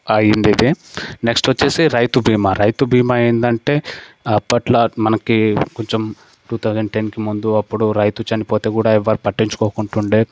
అయ్యింది ఇది నెక్స్ట్ వచ్చేసి రైతు బీమా రైతు బీమా ఏందంటే అప్పట్లో మనకి కొంచెం టూ థౌసండ్ టెన్ ముందు అప్పుడు రైతు చనిపోతే కూడా ఎవరు పట్టించుకోకుంటుంటే